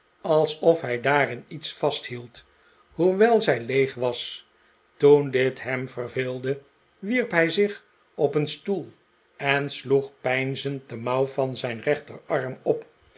alsof hij daarin iets vasthield hoewel zij leeg was toen dit hem verveelde wierp hij zich op een stoel en sloeg peinzend de mouw van zijn rechterarm op